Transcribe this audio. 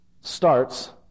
starts